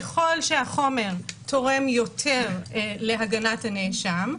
ככל שהחומר תורם יותר להגנת הנאשם,